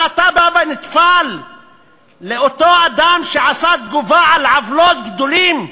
אבל אתה נטפל לאותו אדם שהגיב על עוולות גדולים.